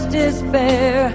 despair